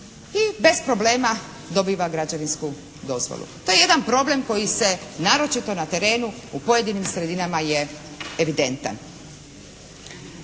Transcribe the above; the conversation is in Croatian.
i bez problema dobiva građevinsku dozvolu. To je jedan problem koji se naročito na terenu, u pojedinim sredinama je evidentan.